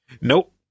Nope